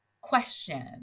question